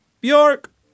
Bjork